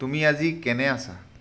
তুমি আজি কেনে আছা